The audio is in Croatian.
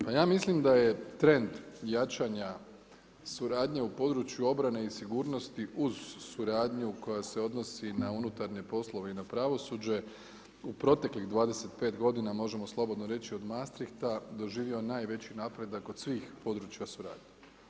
Ja mislim da je trend jačanja suradnje u području obrane i sigurnosti uz suradnju koja se odnosi na unutarnje poslove i pravosuđe u proteklih 25 godina možemo slobodno reći od Maastrichta doživio najveći napredak od svih područja suradnje.